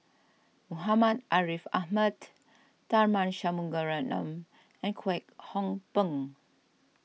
Muhammad Ariff Ahmad Tharman Shanmugaratnam and Kwek Hong Png